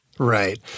Right